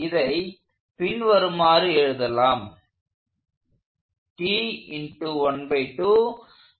இதைப் பின்வருமாறு எழுதலாம்